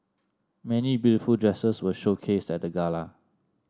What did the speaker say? many beautiful dresses were showcased at the gala